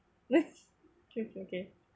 true okay